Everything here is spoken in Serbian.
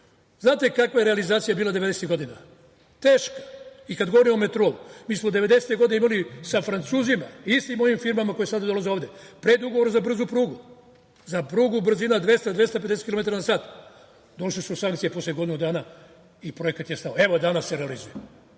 znate kakva je realizacija bila devedesetih godina? Teška. Kad govorimo o metrou, mi smo devedesete godine imali sa Francuzima, i istim ovim firmama koje sada dolaze ovde, predugovor za brzu prugu, za prugu brzina 200-250km na sat. Došle su sankcije posle godinu dana i projekat je stao. Evo, danas se realizuje.